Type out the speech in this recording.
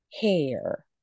hair